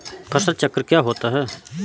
फसल चक्र क्या होता है?